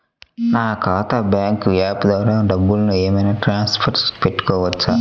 నా ఖాతా bank app ద్వారా డబ్బులు ఏమైనా ట్రాన్స్ఫర్ పెట్టుకోవచ్చా?